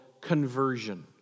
conversion